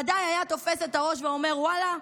ודאי היה תופס את הראש ואומר: ואללה,